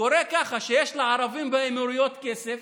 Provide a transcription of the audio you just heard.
קורה ככה: יש לערבים באמירויות כסף